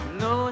no